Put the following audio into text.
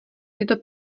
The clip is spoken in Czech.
tyto